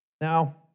Now